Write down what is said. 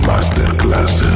Masterclass